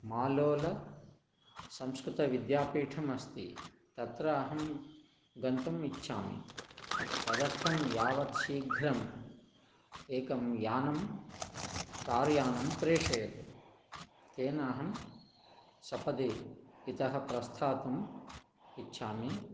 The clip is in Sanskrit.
मालोल संस्कृतविद्यापीठम् अस्ति तत्र अहं गन्तुम् इच्छामि तदर्थं यावत् शीघ्रं एकं यानं कार् यानं प्रेषयतु तेन अहं सपदि इतः प्रस्थातुम् इच्छामि